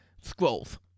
Scrolls